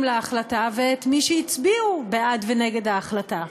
להחלטה ואת מי שהצביעו בעד ונגד ההחלטה.